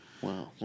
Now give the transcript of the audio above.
Wow